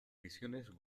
misiones